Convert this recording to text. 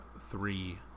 three